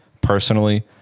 personally